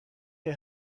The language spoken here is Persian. های